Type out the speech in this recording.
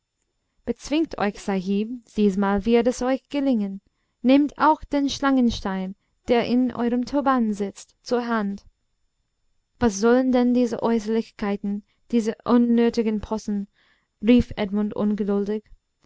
bezwingt euch sahib diesmal wird es euch gelingen nehmt auch den schlangenstein der in eurem turban sitzt zur hand was sollen denn diese äußerlichkeiten diese unnötigen possen rief edmund ungeduldig